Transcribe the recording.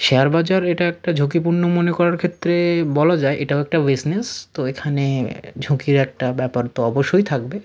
share বাজার এটা একটা ঝুঁকিপূর্ণ মনে করার ক্ষেত্রে বলা যায় এটাও একটা বিজনেস তো এখানে ঝুঁকির একটা ব্যাপার তো অবশ্যই থাকবে